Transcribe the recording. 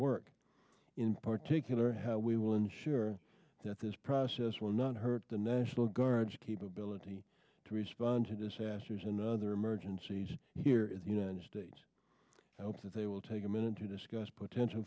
work in particular how we will ensure that this process will not hurt the national guard's capability to respond to disasters another emergencies here in the united states i hope that they will take a minute to discuss potential